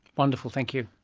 wonderful, thank you.